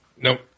Nope